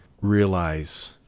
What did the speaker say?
realize